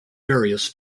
various